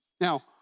Now